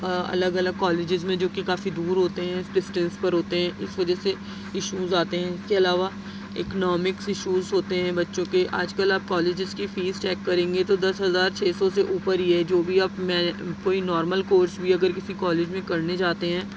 الگ الگ کالجز میں جو کہ کافی دور ہوتے ہیں ڈسٹینس پر ہوتے ہیں اس وجہ سے ایشوز آتے ہیں اس کے علاوہ اکنامکس ایشوز ہوتے ہیں بچوں کے آج کل آپ کالجز کی فیس چیک کریں گے تو دس ہزار چھ سو سے اوپر ہی ہے جو بھی آپ میں کوئی نارمل کورس بھی اگر کسی کالج میں کرنے جاتے ہیں